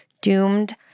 doomed